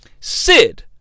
Sid